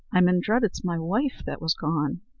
i'm in dread it's my wife that was gone.